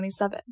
2027